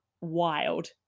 wild